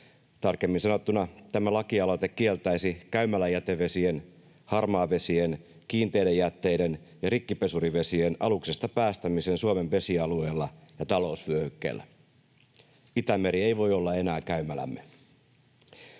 tarkemmin sanottuna tämä lakialoite kieltäisi käymäläjätevesien, harmaavesien, kiinteiden jätteiden ja rikkipesurivesien aluksesta päästämisen Suomen vesialueella ja talousvyöhykkeellä. Itämeri ei voi olla enää käymälämme.